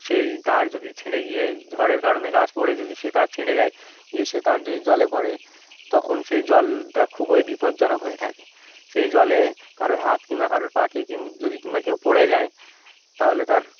সেই তার যদি ছিঁড়ে গিয়ে ঝড়ের কারণে গাছ পড়ে যদি সে তার ছিঁড়ে যায় গিয়ে সে তার যদি জলে পড়ে তখন সেই জলটা খুবই বিপজ্জনক হয়ে থাকে সেই জলে কারোর হাত কিংবা কারোর পা কিং যদি কিংবা কেউ পড়ে যায় তাহলে তার